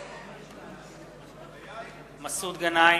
מסעוד גנאים,